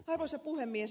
arvoisa puhemies